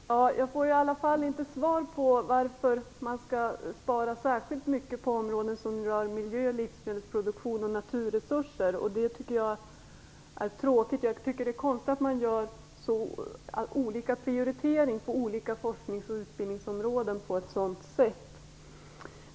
Fru talman! Jag får inte svar på min fråga om varför man skall spara särskilt mycket på områden som rör miljö, livsmedelsproduktion och naturresurser, och det tycker jag är tråkigt. Det är konstigt att man gör så olika prioriteringar på olika forsknings och utbildningsområden och att man gör det på nämnda sätt.